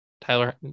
Tyler